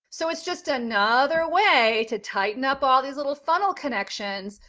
so it's just another way to tighten up all these little funnel connections,